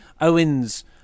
Owen's